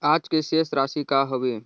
आज के शेष राशि का हवे?